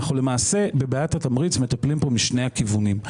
אנחנו למעשה בבעיית התמריץ מטפלים כאן משני הכיוונים.